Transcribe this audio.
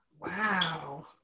Wow